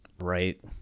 Right